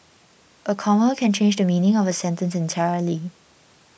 a comma can change the meaning of a sentence entirely